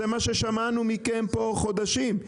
זה מה ששמענו מכם פה חודשים,